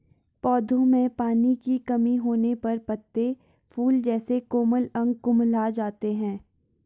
पौधों में पानी की कमी होने पर पत्ते, फूल जैसे कोमल अंग कुम्हला जाते हैं